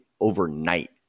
overnight